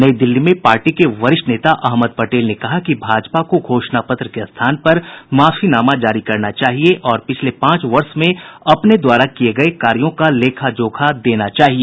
नई दिल्ली में पार्टी के वरिष्ठ नेता अहमद पटेल ने कहा कि भाजपा को घोषणापत्र के स्थान पर माफीनामा जारी करना चाहिए और पिछले पांच वर्ष में अपने द्वारा किए गए कार्यों का लेखाजोखा देना चाहिए